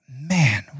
man